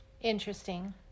Interesting